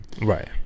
Right